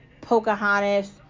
pocahontas